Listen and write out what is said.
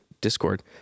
Discord